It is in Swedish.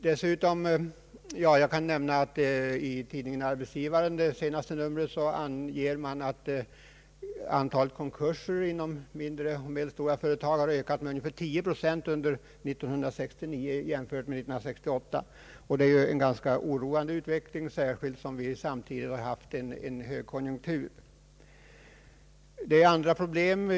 I senaste numret av tidningen Arbetsgivaren anges att antalet konkurser inom mindre och medelstora företag har ökat med ungefär 10 procent under 1969 jämfört med 1968. Det är ju en ganska oroande utveckling, särskilt med hänsyn till att vi samtidigt har haft en högkonjunktur. Det finns andra problem.